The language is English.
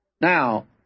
Now